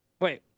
Wait